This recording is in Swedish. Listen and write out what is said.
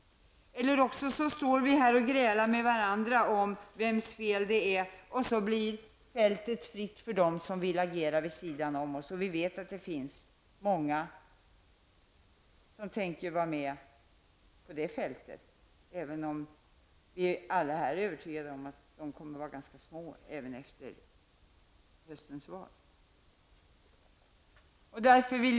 Eller också står vi här och grälar med varandra om vems fel det är, så blir fältet fritt för dem som vill agera vid sidan av. Vi vet att det finns många som tänker agera på fältet vid sidan av, även om vi alla är övertygade om att de kommer att vara ganska få även efter höstens val.